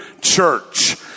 church